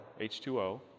H2O